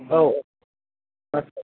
औ आथ्सा